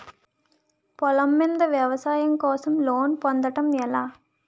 పొలం మీద వ్యవసాయం కోసం లోన్ పొందటం ఎలా?